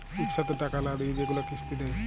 ইকসাথে টাকা লা দিঁয়ে যেগুলা কিস্তি দেয়